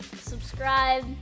Subscribe